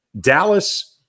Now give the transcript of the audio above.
Dallas